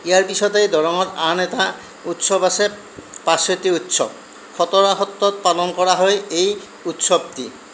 ইয়াৰ পিছতেই দৰঙত আন এটা উৎসৱ আছে পঁচতি উৎসৱ খটৰা সত্ৰত পালন কৰা হয় এই উৎসৱটি